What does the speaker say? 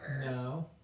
no